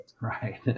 Right